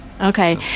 Okay